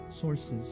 sources